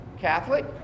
Catholic